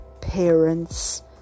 parents